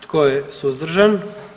Tko je suzdržan?